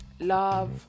love